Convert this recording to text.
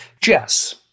Jess